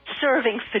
serving